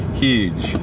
huge